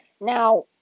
Now